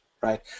right